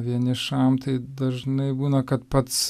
vienišam tai dažnai būna kad pats